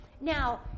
Now